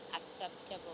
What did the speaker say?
acceptable